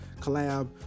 collab